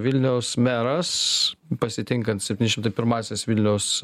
vilniaus meras pasitinkant septyni šimtai pirmąsias vilniaus